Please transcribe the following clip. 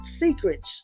secrets